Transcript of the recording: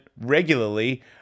regularly